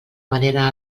manera